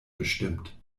bestimmt